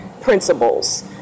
principles